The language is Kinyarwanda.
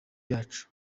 cyacu